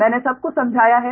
मैंने सब कुछ समझाया है